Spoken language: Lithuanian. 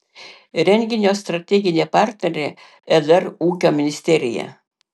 renginio strateginė partnerė lr ūkio ministerija